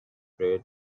rate